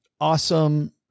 awesome